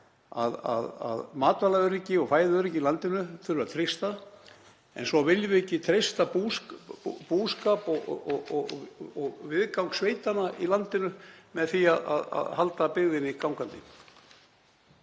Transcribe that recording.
að matvælaöryggi og fæðuöryggi í landinu þurfi að treysta en svo viljum við ekki treysta búskap og viðgang sveitanna í landinu með því að halda byggðinni gangandi.